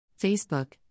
Facebook